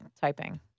typing